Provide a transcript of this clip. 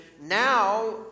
now